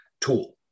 tool